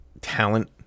talent